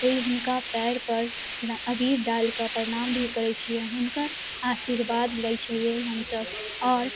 ओहि हुनका पाएरपर रङ्ग अबीर डालिकऽ प्रणाम भी करै छिए हुनकर आशीर्वाद लै छिए हमसब आओर